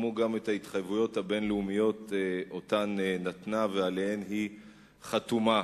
כמו גם את ההתחייבויות הבין-לאומיות שאותן נתנה ועליהן היא חתומה.